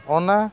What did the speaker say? ᱚᱱᱟ